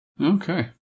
Okay